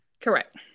Correct